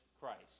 Christ